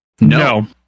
No